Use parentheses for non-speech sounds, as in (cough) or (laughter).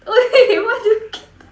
!oi! (laughs) why did you keep